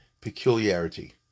peculiarity